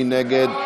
מי נגד?